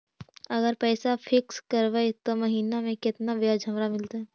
अगर पैसा फिक्स करबै त महिना मे केतना ब्याज हमरा मिलतै?